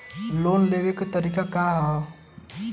Loan के लेवे क तरीका का ह?